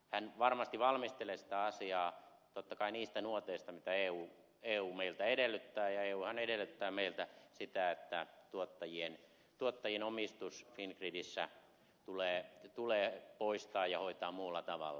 hän varmasti valmistelee sitä asiaa totta kai niistä nuoteista mitä eu meiltä edellyttää ja euhan edellyttää meiltä sitä että tuottajien omistus fingridissä tulee poistaa ja hoitaa muulla tavalla